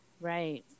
Right